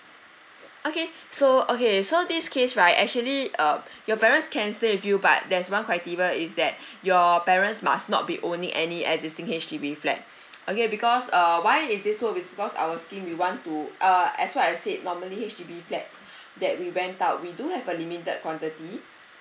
okay so okay so this case right actually uh your parents can stay with you but there's one criteria is that your parents must not be owning any existing H_D_B flat okay because err why is this so is because our scheme we want to uh as well as said normally H_D_B flats that we rent out we do have a limited quantity